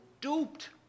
duped